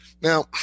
Now